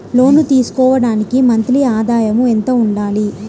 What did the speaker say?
లోను తీసుకోవడానికి మంత్లీ ఆదాయము ఎంత ఉండాలి?